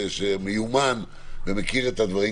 שמיומן ומכיר את הדברים,